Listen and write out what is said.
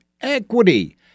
equity